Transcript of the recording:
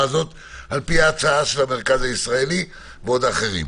הזאת על פי ההצעה של המרכז הארצי לגישור ושל אחרים?